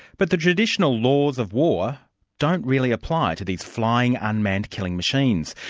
but the traditional laws of war don't really apply to these flying unmanned killing machines.